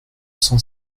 cent